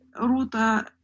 ruta